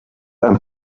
and